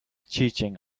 cheating